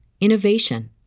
innovation